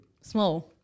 small